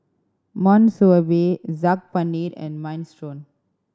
Monsunabe Saag Paneer and Minestrone